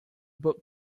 book